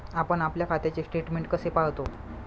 आपण आपल्या खात्याचे स्टेटमेंट कसे पाहतो?